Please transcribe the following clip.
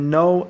no